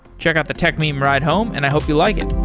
check out the techmeme ride home, and i hope you like it.